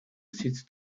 sitz